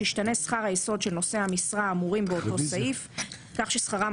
ישתנה שכר היסוד של נושאי המשרד האמורים באותו סעיף כך ששכרם